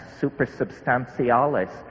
supersubstantialis